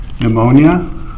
pneumonia